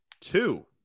two